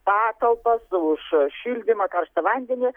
patalpas už šildymą karštą vandenį